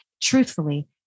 truthfully